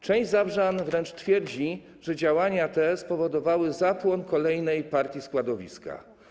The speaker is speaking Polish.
Część zabrzan wręcz twierdzi, że działania te spowodowały zapłon kolejnej partii składowiska.